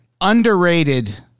underrated